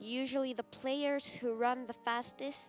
usually the players who run the fastest